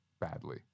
badly